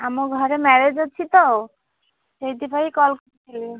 ଆମ ଘରେ ମ୍ୟାରେଜ୍ ଅଛି ତ ସେଇଥିପାଇଁ କଲ୍ କରିଥିଲି